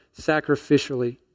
sacrificially